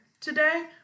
today